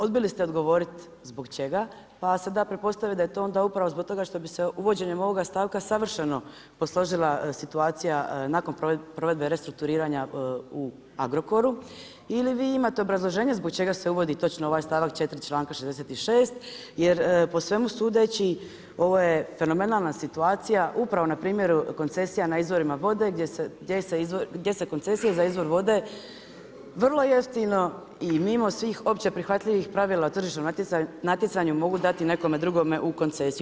Odbili ste odgovoriti zbog čega, pa sada pretpostavljam da je to onda upravo zbog toga što bi se uvođenjem ovoga stavka savršeno posložila situacija nakon provedbe restrukturiranju u Agrokoru ili vi imate obrazloženje zbog čega se uvodi točno ovaj stavak 4. čl.66. jer po svemu sudeći ovo je fenomenalna situacija upravo na primjeru koncesija na izvorima vode, gdje se koncesija za izvor vode vrlo jeftino i mimo svih općeprihvatljivih pravila na tržišnom natjecanju mogu dati nekomu drugome u koncesiju.